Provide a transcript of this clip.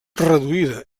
reduïda